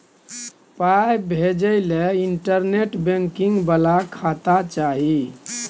पाय भेजय लए इंटरनेट बैंकिंग बला खाता चाही